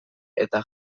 eta